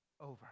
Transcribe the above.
over